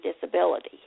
disability